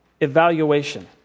evaluation